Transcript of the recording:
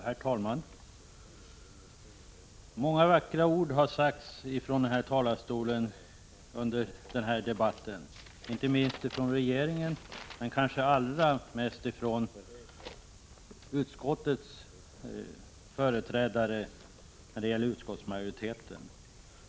Herr talman! Många vackra ord har sagts från denna talarstol under den här debatten — inte minst från regeringens företrädare, men kanske allra mest från utskottsmajoritetens talesman Bo Nilsson.